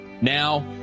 Now